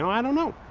i don't know.